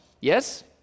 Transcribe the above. yes